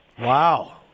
Wow